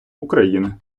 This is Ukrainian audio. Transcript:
україни